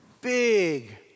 big